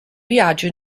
viaggio